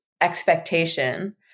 expectation